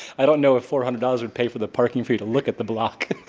i don't know if four hundred dollars would pay for the parking for you to look at the block